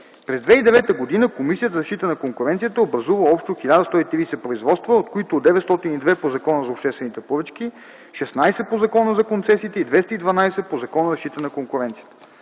През 2009 г. Комисията за защита на конкуренцията е образувала общо 1130 производства, от които 902 по Закона за обществените поръчки, 16 по Закона за концесиите и 212 по Закона за защита на конкуренцията.